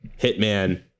Hitman